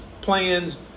plans